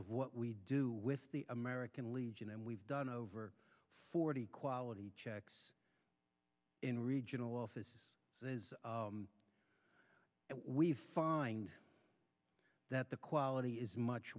of what we do with the american legion and we've done over forty quality checks in regional offices we find that the quality is much